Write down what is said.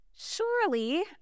Surely